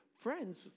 Friends